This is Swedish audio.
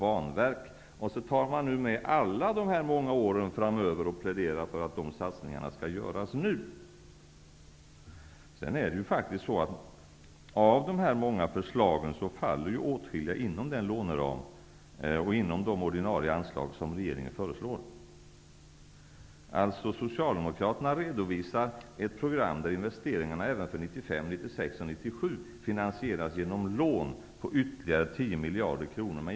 Man tar med satsningar under alla dessa många år framöver och pläderar för att de skall göras nu. Av dessa många förslag faller åtskilliga inom den låneram och inom de ordinarie anslag som regeringen föreslår. Socialdemokraterna redovisar ett program där investeringarna även under 1995, 1996 och 1997 finansieras genom lån på ytterligare 10 miljarder kronor.